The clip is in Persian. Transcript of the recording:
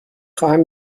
خواهم